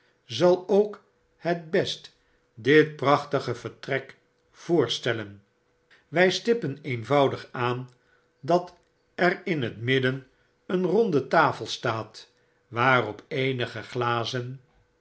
zal ook het best dit prachtige vertrek voorstellen wij stippen eenvoudig aan dat er in het midden een ronde tafel staat waarop eenige glazen